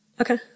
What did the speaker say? okay